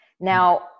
now